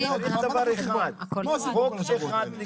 צריך דבר אחד, חוק אחד משותף.